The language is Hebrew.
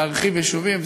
להרחיב יישובים,